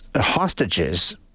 hostages